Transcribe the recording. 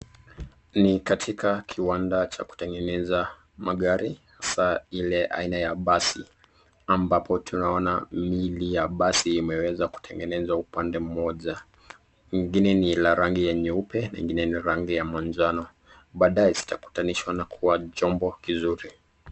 Ni katika kiwanda cha kutengeneza magari haswa aina ile ya basi, ambapo tunaona miili ya basi imeweza kutengenezwa upande moja, ingine ni ya rangi ya nyeupe na ingine rangi ya manjano. Baadae zitakutanishwa na kuwa chombo kizuri.